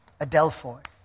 Adelphoi